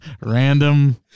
random